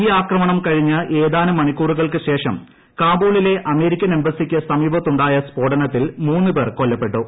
ഈ ആക്രമണം കഴിഞ്ഞ് ഏതാനും മണിക്കൂറുകൾക്ക് ശേഷം കാബൂളിലെ അമേരിക്കൻ എംബസിയ്ക്ക് സമീപമുണ്ടായ സ്ഫോടനത്തിൽ മൂന്ന് പേർ കൊല്ലപ്പെട്ടു